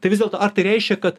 tai vis dėlto ar tai reiškia kad